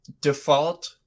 Default